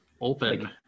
open